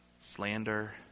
slander